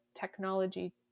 technology